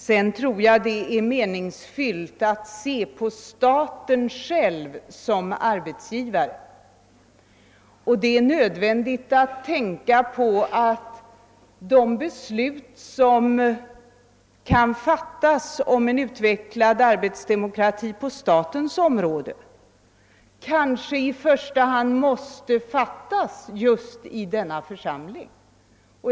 Vidare tror jag det är meningsfullt att se hur staten själv uppträder som arbetsgivare. Beslut om en utvecklad arbetsdemokrati på statens område måste i första hand fattas just i denna församling.